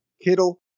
Kittle